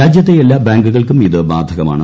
രാജ്യത്തെ എല്ലാ ബാങ്കുകൾക്കും ഇത് ബാധകമാണ്